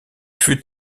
fut